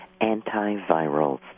antivirals